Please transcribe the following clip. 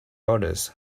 others